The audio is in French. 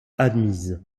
admise